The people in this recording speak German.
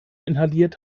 inhaliert